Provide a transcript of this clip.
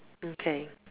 okay